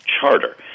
charter